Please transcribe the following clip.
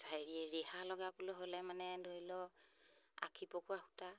চাৰি ৰিহা লগাবলৈ হ'লে মানে ধৰি লওক আশী পকোৱা সূতা